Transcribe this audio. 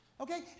okay